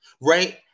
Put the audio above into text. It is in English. Right